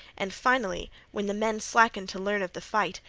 and finally, when the men slackened to learn of the fight,